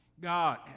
God